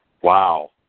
Wow